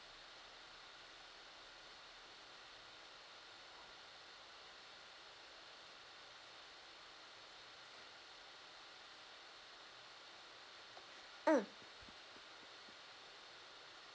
mm